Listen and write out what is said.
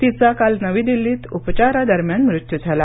तिचा काल नवी दिल्लीत उपचारादरम्यान मृत्यू झाला